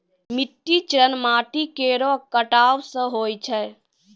मिट्टी क्षरण माटी केरो कटाव सें होय छै